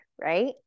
right